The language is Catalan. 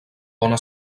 bona